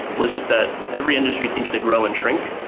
was just that every industry seems to grow and shrink,